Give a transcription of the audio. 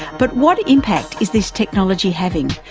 but what impact is this technology having,